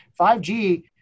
5G